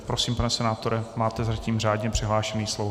Prosím, pane senátore, máte zatím řádné přihlášené slovo.